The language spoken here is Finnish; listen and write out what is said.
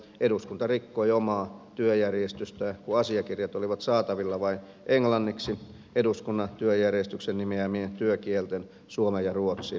eduskunta rikkoi omaa työjärjestystään kun asiakirjat olivat saatavilla vain englanniksi eduskunnan työjärjestyksen nimeämien työkielten suomen ja ruotsin sijaan